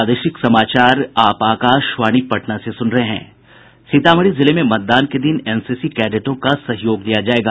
सीतामढ़ी जिले में मतदान के दिन एनसीसी कैडेटों का सहयोग लिया जायेगा